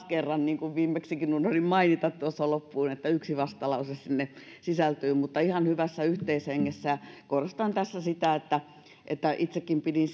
kerran niin kuin viimeksikin unohdin mainita tuossa loppuun että yksi vastalause sinne sisältyy mutta käsiteltiin ihan hyvässä yhteishengessä korostan tässä sitä että että itsekin pidin